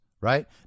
right